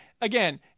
again